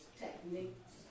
techniques